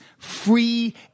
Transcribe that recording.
Free